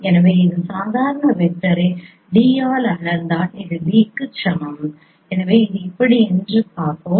எனவே இந்த சாதாரண வெக்டரை d ஆல் அளந்தால் அது b க்கு சமம் எனவே இது எப்படி என்று பார்ப்போம்